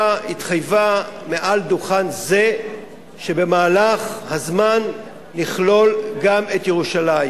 התחייבה מעל דוכן זה שבמהלך הזמן נכלול גם את ירושלים.